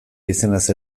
izenaz